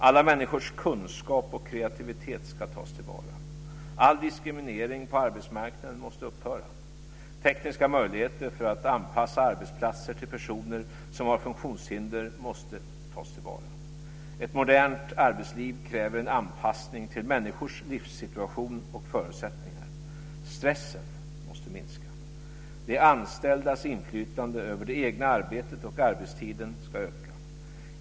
Alla människors kunskap och kreativitet ska tas till vara. All diskriminering på arbetsmarknaden måste upphöra. Tekniska möjligheter för att anpassa arbetsplatser till personer som har funktionshinder måste tas till vara. Ett modernt arbetsliv kräver en anpassning till människors livssituation och förutsättningar. Stressen måste minska. De anställdas inflytande över det egna arbetet och arbetstiden ska öka.